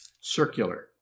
circular